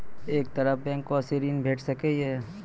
ऐ तरहक बैंकोसऽ ॠण भेट सकै ये?